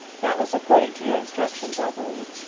that was according to your instructions, i believe.